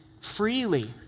freely